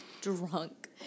drunk